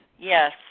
Yes